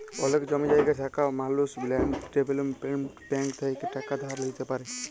অলেক জমি জায়গা থাকা মালুস ল্যাল্ড ডেভেলপ্মেল্ট ব্যাংক থ্যাইকে টাকা ধার লিইতে পারি